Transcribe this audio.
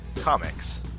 Comics